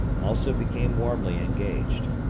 also became warmly engaged.